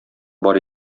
бар